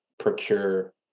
Procure